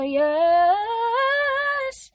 yes